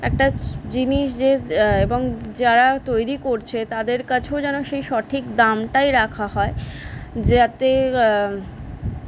একটাছ জিনিস যে এবং যারা তৈরি করছে তাদের কাছেও যেন সেই সঠিক দামটাই রাখা হয় যাতে